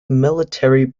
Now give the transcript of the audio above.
military